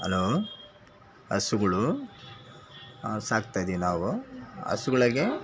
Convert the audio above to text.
hello ಹಸುಗಳು ಸಾಕ್ತಾ ಇದೀವ್ ನಾವು ಹಸುಗಳಿಗೆ